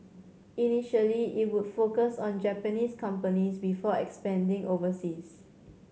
initially it would focus on Japanese companies before expanding overseas